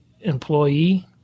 employee